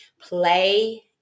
play